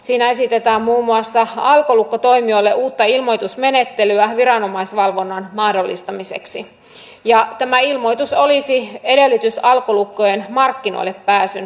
siinä esitetään muun muassa alkolukkotoimijoille uutta ilmoitusmenettelyä viranomaisvalvonnan mahdollistamiseksi ja tämä ilmoitus olisi edellytys alkolukkojen markkinoillepääsyn kannalta